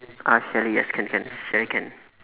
ah chalet yes can can chalet can